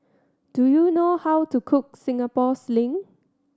do you know how to cook Singapore Sling